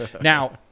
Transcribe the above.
now